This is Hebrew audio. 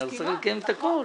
נכון.